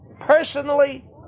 Personally